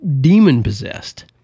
demon-possessed